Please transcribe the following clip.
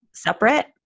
separate